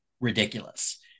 ridiculous